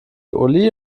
uli